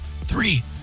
Three